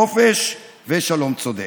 חופש ושלום צודק.